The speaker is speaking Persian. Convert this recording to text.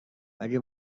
مگه